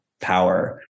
power